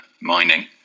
mining